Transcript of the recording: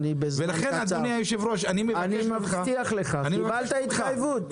אני מבטיח לך קיבלת התחייבות,